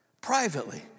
privately